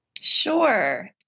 Sure